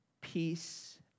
peace